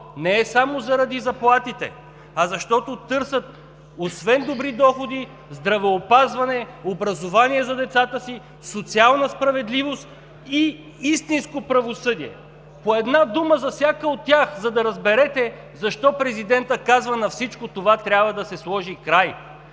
Не е само заради заплатите, а защото търсят, освен добри доходи, здравеопазване, образование за децата си, социална справедливост и истинско правосъдие. По една дума за всяка от тях, за да разберете защо президентът казва: „На всичко това трябва да се сложи край!“